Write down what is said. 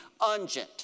ungent